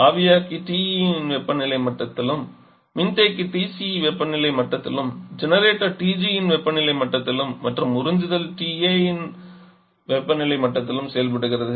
ஆவியாக்கி TE இன் வெப்பநிலை மட்டத்திலும் மின்தேக்கி TC வெப்பநிலை மட்டத்திலும் ஜெனரேட்டர் TG இன் வெப்பநிலை மட்டத்திலும் மற்றும் உறிஞ்சுதல் TA இன் வெப்பநிலை மட்டத்திலும் செயல்படுகிறது